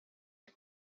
per